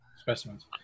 Specimens